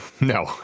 No